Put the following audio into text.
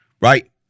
right